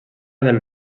del